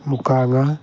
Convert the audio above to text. ꯃꯨꯀꯥꯉꯥ